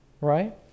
right